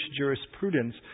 jurisprudence